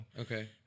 Okay